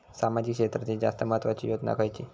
सामाजिक क्षेत्रांतील जास्त महत्त्वाची योजना खयची?